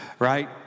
Right